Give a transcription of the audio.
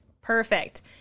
Perfect